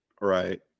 right